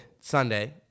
Sunday